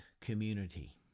community